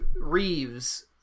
Reeves